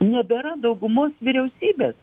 nebėra daugumos vyriausybės